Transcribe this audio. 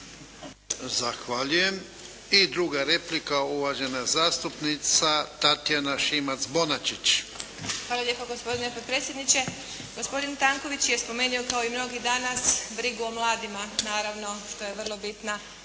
Zahvaljujem. I druga replika, uvažena zastupnica Tatjana Šimac-Bonačić. **Šimac Bonačić, Tatjana (SDP)** Hvala lijepa gospodine potpredsjedniče. Gospodin Tanković je spomenuo kao i mnogi danas brigu o mladima, naravno što je vrlo bitno